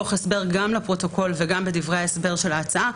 תוך הסבר גם לפרוטוקול וגם בדברי ההסבר של ההצעה.